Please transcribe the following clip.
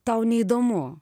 tau neįdomu